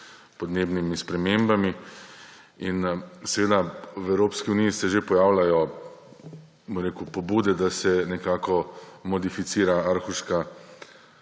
podnebnimi spremembami. V Evropski uniji se že pojavljajo pobude, da se nekako modificira Aarhuška